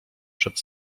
przed